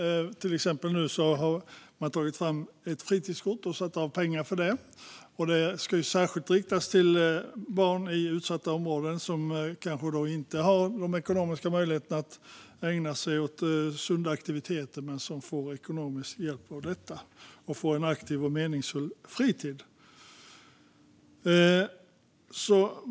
Till exempel har det avsatts pengar för ett fritidskort, vilket särskilt riktas till barn i utsatta områden som kanske inte har ekonomisk möjlighet att ägna sig åt sunda aktiviteter men nu får ekonomisk hjälp till en aktiv och meningsfull fritid.